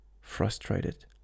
Frustrated